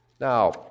Now